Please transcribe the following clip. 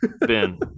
Ben